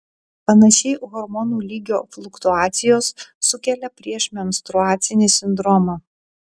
panašiai hormonų lygio fluktuacijos sukelia priešmenstruacinį sindromą